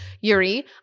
Yuri